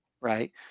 right